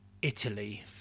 Italy